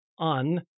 Un